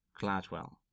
Gladwell